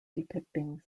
depicting